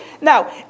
Now